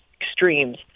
extremes